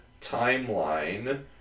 timeline